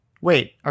Wait